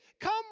Come